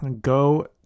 go